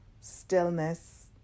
stillness